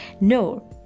no